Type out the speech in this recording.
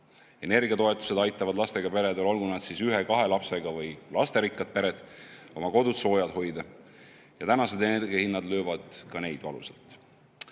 Energiatoetused aitavad lastega peredel, olgu nad siis ühe-kahe lapsega või lasterikkad pered, oma kodud soojad hoida. Tänased energiahinnad löövad ka [nende rahakoti